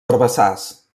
herbassars